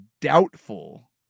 doubtful